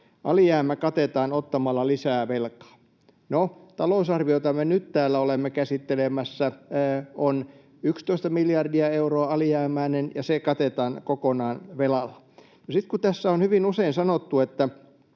Alijäämä katetaan ottamalla lisää velkaa.” No, talousarvio, jota me nyt täällä olemme käsittelemässä, on 11 miljardia euroa alijäämäinen, ja se katetaan kokonaan velalla. Sitten kun tässä on hyvin usein sanottu, että